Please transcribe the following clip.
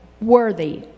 worthy